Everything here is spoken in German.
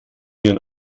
ihren